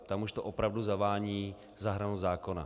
Tam už to opravdu zavání za hranu zákona.